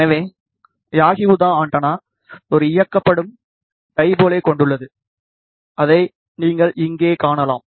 எனவே Yagi Uda antenna ஒரு இயக்கப்படும் டைபோலை கொண்டுள்ளது அதை நீங்கள் இங்கே காணலாம்